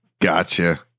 Gotcha